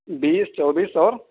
بیس چوبیس اور